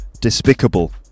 Despicable